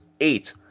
eight